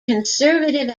conservative